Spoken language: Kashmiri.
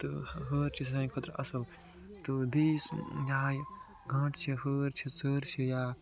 تہٕ ہٲر چھِ سانہِ خٲطرٕ اَصٕل تہٕ بیٚیہِ یہِ ہہ یہِ گانٹہٕ چھِ ہٲر چھِ ژٕر چھِ یا